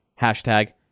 Hashtag